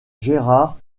gerard